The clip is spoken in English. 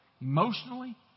emotionally